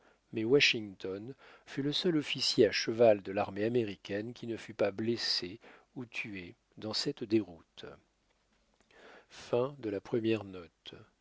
mais washington fut le seul officier à cheval de l'armée américaine qui ne fut pas blessé ou tué dans cette déroute